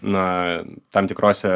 na tam tikrose